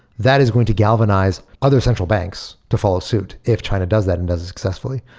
that is going to galvanize other central banks to follow suit if china does that and does it successfully.